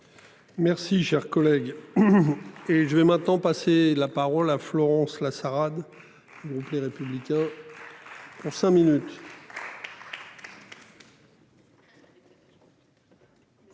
Merci cher collègue. Et je vais maintenant passer la parole à Florence Lassaad. Groupe les républicains. Pour cinq minutes.